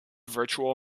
virtual